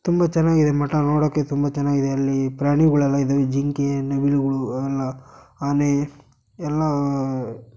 ತುಂಬ ಚೆನ್ನಾಗಿದೆ ಮಠ ನೋಡೋಕ್ಕೆ ತುಂಬ ಚೆನ್ನಾಗಿದೆ ಅಲ್ಲಿ ಪ್ರಾಣಿಗಳೆಲ್ಲ ಇದಾವೆ ಜಿಂಕೆ ನವಿಲುಗಳು ಎಲ್ಲ ಆನೆ ಎಲ್ಲ